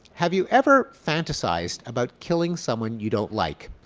have you ever fantasized about killing someone you don't like.